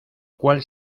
cual